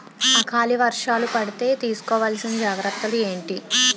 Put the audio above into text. ఆకలి వర్షాలు పడితే తీస్కో వలసిన జాగ్రత్తలు ఏంటి?